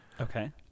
okay